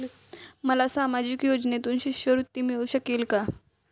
मला सामाजिक योजनेतून शिष्यवृत्ती मिळू शकेल का?